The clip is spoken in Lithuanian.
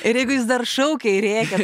ir jeigu jis dar šaukia ir rėkia